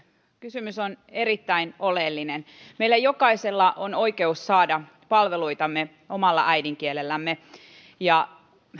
kysymys on erittäin oleellinen meillä jokaisella on oikeus saada palveluitamme omalla äidinkielellämme